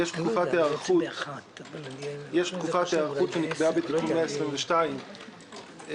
יש תקופת היערכות שמצויה בתיקון 122 לחוק,